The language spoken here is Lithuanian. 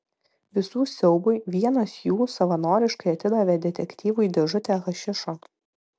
visų siaubui vienas jų savanoriškai atidavė detektyvui dėžutę hašišo